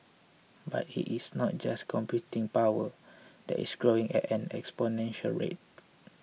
but it is not just computing power that is growing at an exponential rate